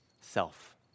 self